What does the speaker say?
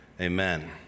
amen